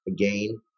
again